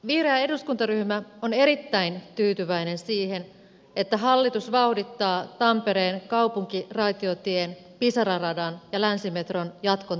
vihreä eduskuntaryhmä on erittäin tyytyväinen siihen että hallitus vauhdittaa tampereen kaupunkiraitiotien pisara radan ja länsimetron jatkon toteutumista